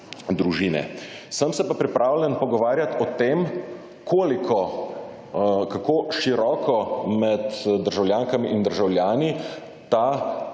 Sem se pa pripravljen pogovarjati o tem, koliko, kako široko med državljankami in državljani ta